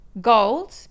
gold